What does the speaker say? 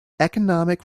economic